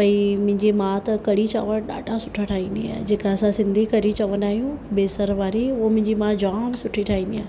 भई मुंहिंजी माउ त कढ़ी चांवर ॾाढा सुठा ठाहींदी आहे जेका असां सिंधी कढ़ी चवंदा आहियूं बेसण वारी उहो मुंहिंजी माउ जाम सुठी ठाहींदी आहे